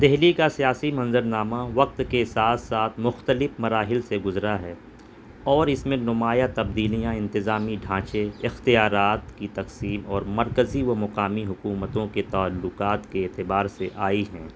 دہلی کا سیاسی منظرنامہ وقت کے ساتھ ساتھ مختلف مراحل سے گزرا ہے اور اس میں نمایاں تبدیلیاں انتظامی ڈھانچے اختیارات کی تقسیم اور مرکزی و مقامی حکومتوں کے تعلقات کے اعتبار سے آئی ہیں